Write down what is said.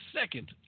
second